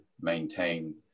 maintain